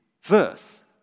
verse